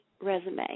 resume